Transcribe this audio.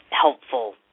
helpful